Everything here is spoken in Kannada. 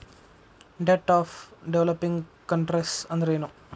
ಡೆಬ್ಟ್ ಆಫ್ ಡೆವ್ಲಪ್ಪಿಂಗ್ ಕನ್ಟ್ರೇಸ್ ಅಂದ್ರೇನು?